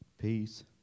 peace